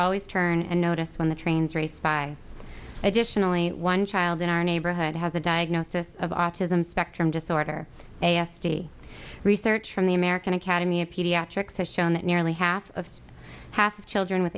always turn and notice when the trains raced by additionally one child in our neighborhood has a diagnosis of autism spectrum disorder a s d research from the american academy of pediatrics has shown that nearly half of half of children with